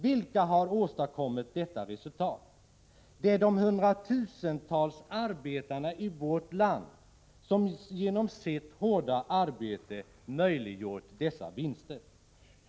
Vilka har åstadkommit detta resultat? Det är de hundratusentals arbetarna i vårt land som genom sitt hårda arbete möjliggjort dessa vinster.